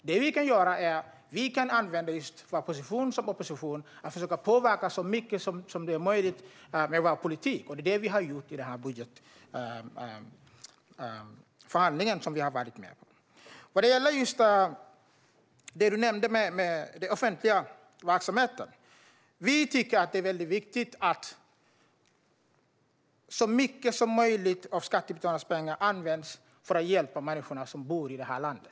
Det som vi kan göra är att använda vår position som oppositionsparti för att försöka påverka så mycket som möjligt med vår politik, och det är det vi har gjort i den budgetförhandling som vi har deltagit i. När det gäller det som du nämnde om den offentliga verksamheten tycker vi att det är mycket viktigt att så mycket som möjligt av skattebetalarnas pengar används för att hjälpa de människor som bor i detta land.